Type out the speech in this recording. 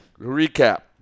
recap